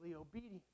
obedient